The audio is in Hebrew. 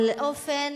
על אופן